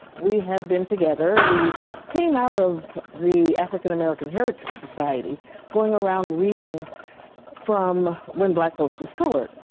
we have been together. we came out of the african-american heritage society going around reading from when black folks was colored.